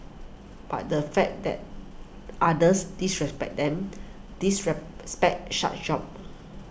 but the fact that others disrespect them disrespect such jobs